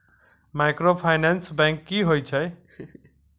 Microfinance bank की होय छै?